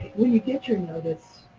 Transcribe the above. when you get your notice,